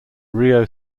rio